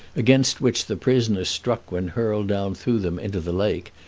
against which the prisoner struck when hurled down through them into the lake,